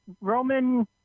Roman